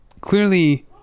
clearly